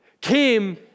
came